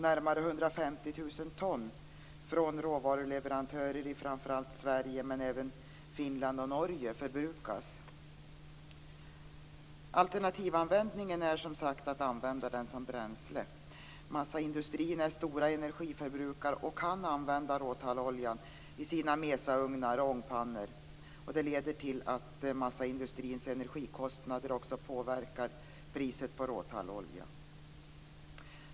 Närmare 150 000 ton från råvarulevarantörer i framför allt Sverige men även Finland och Norge förbrukas. Alternativanvändningen är att använda den som bränsle. Massaindustrierna är stora energiförbrukare och kan använda råtalloljan i sina mesaugnar och ångpannor. Det leder till att massaindustrins energikostnader också påverkar priset på råtallolja.